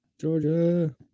Georgia